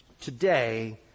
today